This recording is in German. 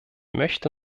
möchte